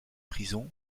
prisons